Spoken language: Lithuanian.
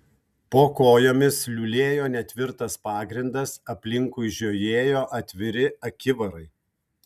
po kojomis liulėjo netvirtas pagrindas aplinkui žiojėjo atviri akivarai